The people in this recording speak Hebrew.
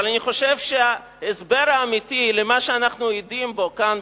אבל אני חושב שההסבר האמיתי למה שאנחנו עדים לו כאן,